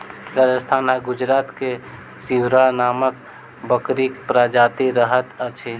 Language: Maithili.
राजस्थान आ गुजरात मे सिरोही नामक बकरीक प्रजाति रहैत अछि